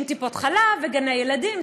עם טיפות חלב וגני ילדים,